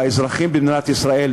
האזרחים במדינת ישראל,